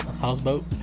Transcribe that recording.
Houseboat